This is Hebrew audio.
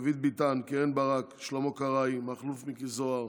דוד ביטן, קרן ברק, שלמה קרעי, מכלוף מיקי זוהר,